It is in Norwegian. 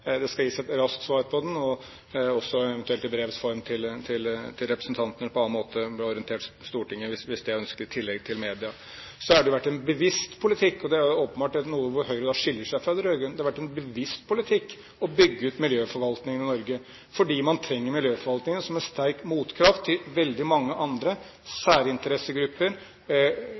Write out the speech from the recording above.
Det skal gis et raskt svar på den, også eventuelt i brevs form til representantene, eller på en annen måte orientere Stortinget hvis det er ønskelig, i tillegg til media. Så har det vært en bevisst politikk – her er det åpenbart at Høyre skiller seg fra de rød-grønne – å bygge ut miljøforvaltningen i Norge, fordi man trenger miljøforvaltningen som en sterk motkraft til veldig mange andre særinteressegrupper,